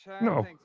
No